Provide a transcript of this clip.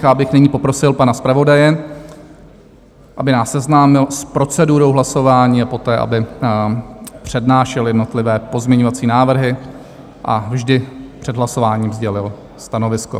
A já abych nyní poprosil pana zpravodaje, aby nás seznámil s procedurou hlasování a poté aby přednášel jednotlivé pozměňovací návrhy a vždy před hlasováním sdělil stanovisko.